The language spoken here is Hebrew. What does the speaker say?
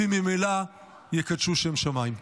וממילא יקדשו שם שמיים.